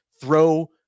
throw